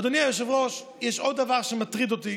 אדוני היושב-ראש, יש עוד דבר שמטריד אותי.